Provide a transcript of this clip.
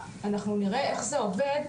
אנחנו נראה איך זה עובד.